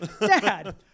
Dad